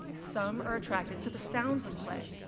some are attracted to the sounds of play.